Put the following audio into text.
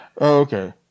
Okay